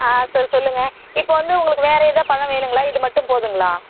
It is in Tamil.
ஆ சரி சொல்லுங்கள் இப்போ வந்து உங்களுக்கு வேறு எதா பழம் வேணும்ங்களா இது மட்டும் போதுங்களா